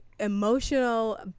emotional